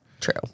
True